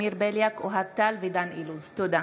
תודה.